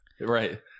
Right